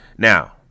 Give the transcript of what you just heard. Now